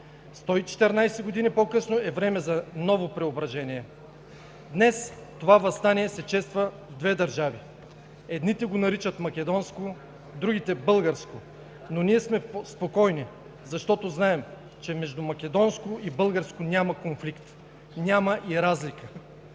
години по-късно е време за ново преображение. Днес това въстание се чества в две държави – едните го наричат македонско, другите българско, но ние сме спокойни, защото знаем, че между македонско и българско няма конфликт, няма и разлика.